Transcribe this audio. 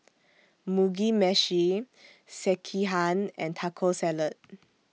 Mugi Meshi Sekihan and Taco Salad